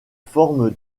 forme